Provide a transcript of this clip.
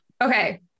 Okay